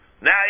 Now